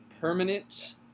permanent